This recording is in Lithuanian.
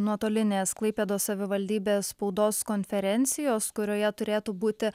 nuotolinės klaipėdos savivaldybės spaudos konferencijos kurioje turėtų būti